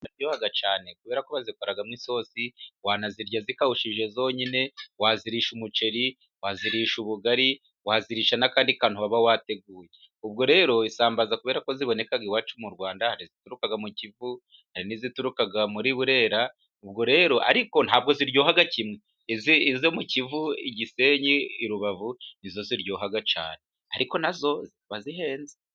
Isambaza ziraryoha cyane, kubera ko bazikoramo isosi wazirya zikawushije zonyine, wazirisha umuceri wazirisha ubugari wazirisha n'akandi kantu wababa wateguye, ubwo rero isambaza kubera ko ziboneka iwacu mu Rwanda, hari izituruka mu Kivu hari n'izituruka muri Burera, ubwo rero ariko ntabwo ziryoha kimwe, izo mu Kivu i Gisenyi i Rubavu ni zo ziryoha cyane ariko na zo zirahenda.